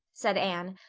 said anne,